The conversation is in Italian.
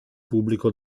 pubblico